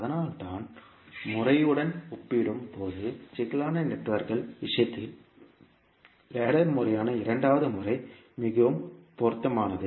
அதனால்தான் முதல் முறையுடன் ஒப்பிடும்போது சிக்கலான நெட்வொர்க்குகள் விஷயத்தில் லேடர் முறையான இரண்டாவது முறை மிகவும் பொருத்தமானது